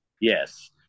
Yes